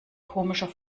komischer